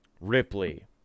Ripley